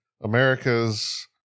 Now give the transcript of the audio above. america's